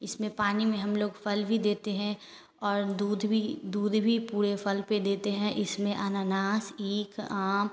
इसमें पानी में हम लोग फल भी देते हैं और दूध भी दूध भी पूरे फल पे देते हैं इसमें अनानास ईख आम